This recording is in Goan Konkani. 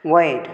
वयर